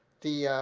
the